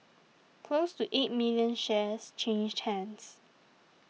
close to eight million shares changed hands